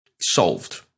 solved